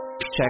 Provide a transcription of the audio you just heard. Check